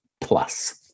plus